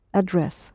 address